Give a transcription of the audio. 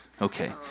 Okay